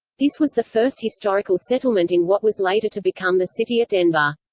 this was the first historical settlement in what was later to become the city of denver.